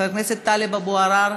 חבר הכנסת טלב אבו עראר,